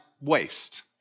waste